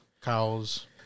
Cows